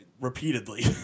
repeatedly